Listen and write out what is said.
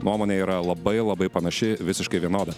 nuomonė yra labai labai panaši visiškai vienoda